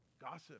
Gossip